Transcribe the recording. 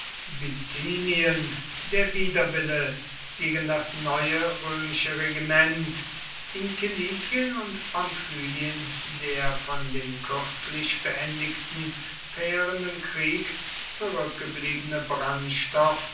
bithymen der widerwille gegen das neue römische regiment in kilikien und pamphylien der von dem kürzlich beendigten verheerenden krieg zurückgebliebene